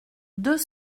deux